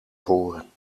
voren